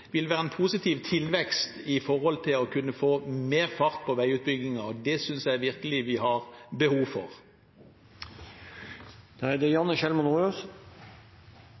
vil være en positiv tilvekst når det gjelder å få mer fart på veiutbyggingen. Det synes jeg virkelig vi har behov for. Jeg registrerte at representanten Grøvan ikke var veldig lysten på å snakke om byråkrati. Det